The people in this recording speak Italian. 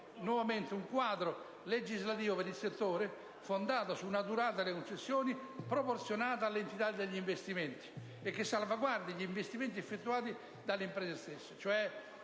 di un quadro legislativo per il settore fondato su una durata delle concessioni proporzionata all'entità degli investimenti e che salvaguardi gli investimenti effettuati dalle imprese stesse .